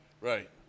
right